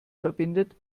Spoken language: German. verbindet